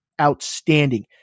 outstanding